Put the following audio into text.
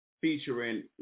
featuring